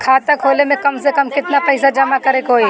खाता खोले में कम से कम केतना पइसा जमा करे के होई?